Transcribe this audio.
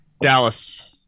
Dallas